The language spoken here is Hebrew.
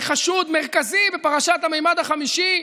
לחשוד מרכזי, בפרשת הממד החמישי,